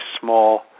small